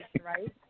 right